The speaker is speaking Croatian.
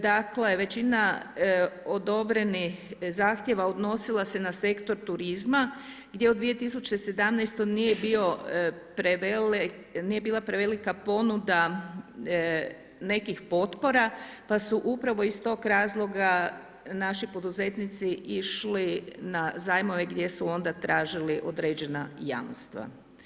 Dakle, većina odobrenih zahtjeva odnosila se na sektor turizma gdje u 2017. nije bila prevelika ponuda nekih potpora pa su upravo iz tog razloga naši poduzetnici išli na zajmove gdje su onda tražili određena jamstva.